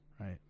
Right